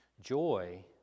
Joy